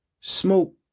smoke